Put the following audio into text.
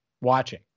watching